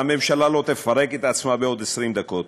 והממשלה לא תפרק את עצמה בעוד 20 דקות.